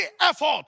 effort